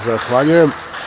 Zahvaljujem.